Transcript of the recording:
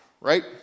right